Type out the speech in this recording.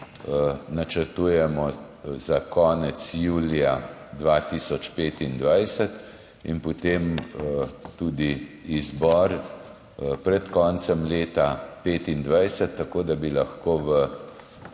načrtujemo za konec julija 2025 in potem tudi izbor pred koncem leta 2025. Tako da bi lahko v